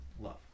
love